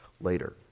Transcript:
later